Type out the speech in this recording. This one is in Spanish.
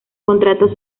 contratos